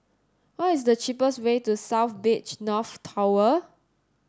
what is the cheapest way to South Beach North Tower